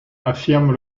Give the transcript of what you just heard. affirment